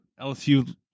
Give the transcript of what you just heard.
LSU